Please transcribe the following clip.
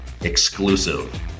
Exclusive